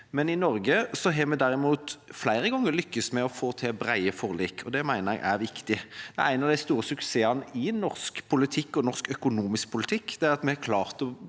I Norge har vi derimot flere ganger lykkes med å få til brede forlik, og det mener jeg er viktig. En av de store suksessene i norsk politikk – og norsk økonomisk politikk – er at vi har klart å